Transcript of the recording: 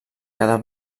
cada